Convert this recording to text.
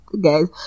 Guys